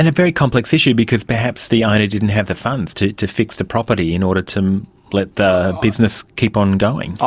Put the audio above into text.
and very complex issue because perhaps the ah owner didn't have the funds to to fix the property in order to let the business keep on going.